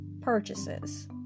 purchases